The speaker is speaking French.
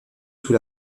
sous